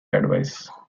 advance